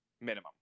minimum